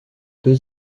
deux